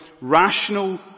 rational